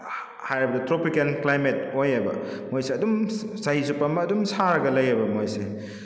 ꯍꯥꯏꯔꯤꯕ tropical climate ꯑꯣꯏꯌꯦꯕ ꯃꯣꯏꯁꯤ ꯑꯗꯨꯝ ꯆꯍꯤ ꯆꯨꯞꯄ ꯑꯃ ꯑꯗꯨꯝ ꯁꯥꯔꯒ ꯂꯩꯌꯦꯕ ꯃꯣꯏꯁꯦ